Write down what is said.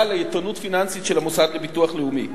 לאיתנות פיננסית של המוסד לביטוח לאומי,